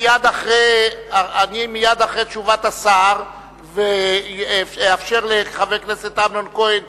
מייד אחרי תשובת השר אאפשר לחבר הכנסת אמנון כהן,